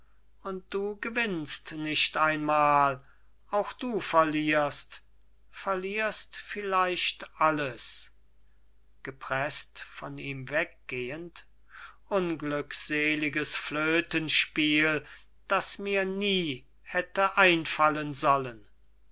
theuer und du gewinnst nicht einmal auch du verlierst verlierst vielleicht alles gepreßt von ihm weggehend unglückseliges flötenspiel das mir nie hätte einfallen sollen